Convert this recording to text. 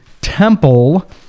temple